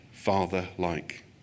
Father-like